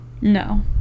No